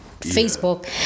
Facebook